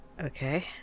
Okay